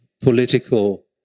political